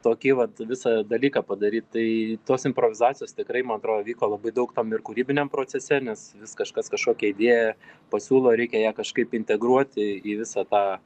tokį vat visą dalyką padaryt tai tos improvizacijos tikrai man atro vyko labai daug tam ir kūrybiniam procese nes vis kažkas kažkokią idėją pasiūlo reikia ją kažkaip integruoti į visą tą